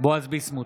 בועז ביסמוט,